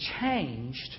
changed